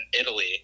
Italy